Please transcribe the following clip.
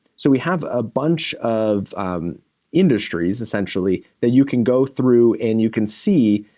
so we have a bunch of industries essentially that you can go through and you can see.